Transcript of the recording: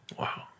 wow